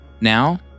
now